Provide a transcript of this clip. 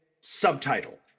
subtitle